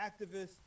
activists